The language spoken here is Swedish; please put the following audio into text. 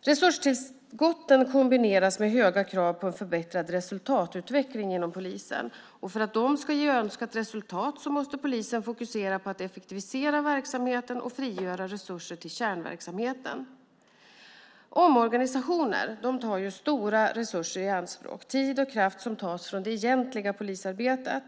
Resurstillskotten kombineras med höga krav på en förbättrad resultatutveckling inom polisen. För att de ska ge önskat resultat måste polisen fokusera på att effektivisera verksamheten och frigöra resurser till kärnverksamheten. Omorganisationer tar stora resurser i anspråk - tid och kraft som tas från det egentliga polisarbetet.